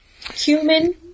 Cumin